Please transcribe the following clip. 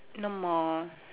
no more